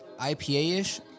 IPA-ish